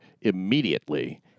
immediately